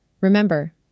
Remember